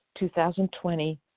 2020